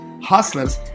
hustlers